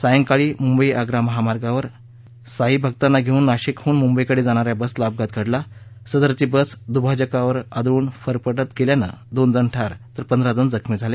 सायंकाळी मुंबई आग्रा महामार्गावर वडिव्हरे श्वें साई भक्तानां घेवून नाशिकहन मुंबईकडे जाणाऱ्या बसला अपघात घडला सदरची बस दूभाजकावर आदळून फरफटत गेल्यानं दोन जण ठार तर पंधरा जण जखमी झाले